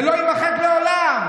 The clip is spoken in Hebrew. זה לא יימחק לעולם.